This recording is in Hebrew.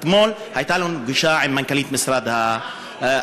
אתמול הייתה לנו פגישה עם מנכ"לית משרד החינוך,